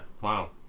Wow